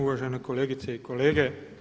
Uvažene kolegice i kolege.